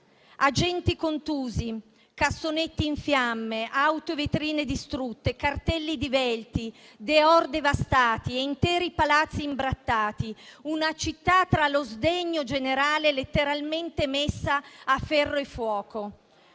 Agenti contusi, cassonetti in fiamme, auto e vetrine distrutte, cartelli divelti, *dehors* devastati e interi palazzi imbrattati. Una città, tra lo sdegno generale, letteralmente messa a ferro e fuoco.